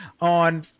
on